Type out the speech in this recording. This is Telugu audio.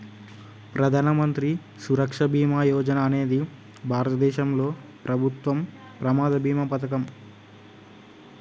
ప్రధాన మంత్రి సురక్ష బీమా యోజన అనేది భారతదేశంలో ప్రభుత్వం ప్రమాద బీమా పథకం